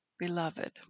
Beloved